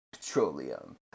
petroleum